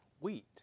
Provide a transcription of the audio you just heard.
wheat